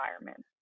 environment